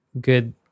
good